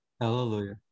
Hallelujah